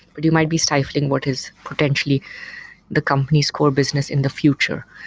but you might be stifling what is potentially the company's core business in the future.